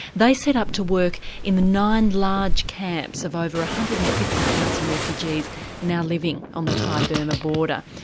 they set up to work in the nine large camps of over one hundred and fifty thousand refugees now living on the thai burma border,